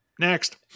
Next